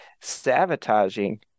sabotaging